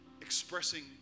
expressing